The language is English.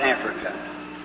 Africa